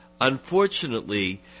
unfortunately